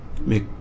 make